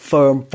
Firm